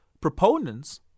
proponents